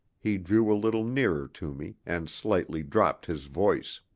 he drew a little nearer to me, and slightly dropped his voice.